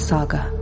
Saga